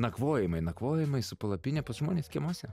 nakvojimai nakvojimai su palapine pas žmones kiemuose